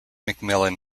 mcmillan